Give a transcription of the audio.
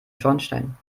schornstein